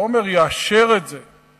לא אומר יאשר את זה,